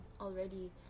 already